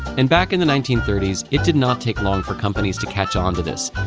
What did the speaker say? and back in the nineteen thirty s, it did not take long for companies to catch on to this.